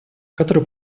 которые